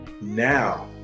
now